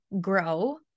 grow